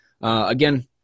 Again